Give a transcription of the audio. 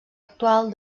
actual